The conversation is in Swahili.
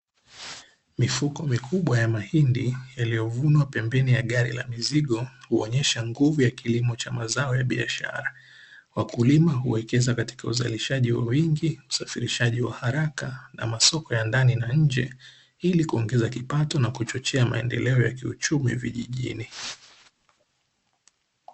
Kifuko mikubwa ya mahindi iliyovunwa pembeni ya gari la mizigo, huonesha nguvu ya kilimo cha mazao ya biashara. Wakulima huwekeza katika uzalishaji huu kwa wingi, usafirishaji wa haraka na masoko ya ndani na nje ili kuongeza kipato na kuchochea maendeleo ya kiuchumi vijijini.